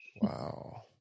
Wow